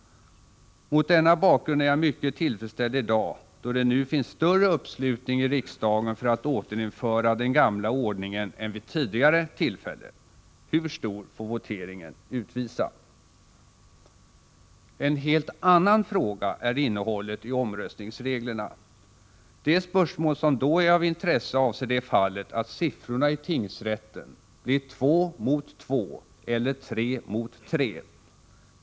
Mot denna bakgrund är jag mycket tillfredsställd i dag, då det nu finns större uppslutning än tidigare i riksdagen för att återinföra den gamla ordningen — hur stor får voteringen utvisa. En helt annan fråga är innehållet i omröstningsreglerna. Det spörsmål som då är av intresse avser det fallet att siffrorna i tingsrätten blir två mot två eller tre mot tre.